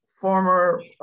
former